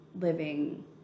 living